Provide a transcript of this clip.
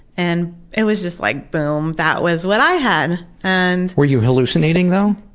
and it was just like boom, that was what i had. and were you hallucinating though?